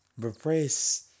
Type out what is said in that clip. repress